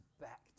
back